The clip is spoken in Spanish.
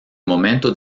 momento